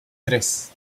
tres